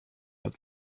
have